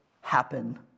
happen